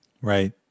Right